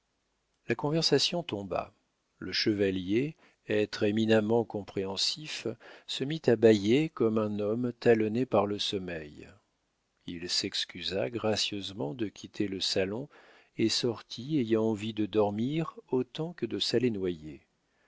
la conversation tomba le chevalier être éminemment compréhensif se mit à bâiller comme un homme talonné par le sommeil il s'excusa gracieusement de quitter le salon et sortit ayant envie de dormir autant que de s'aller noyer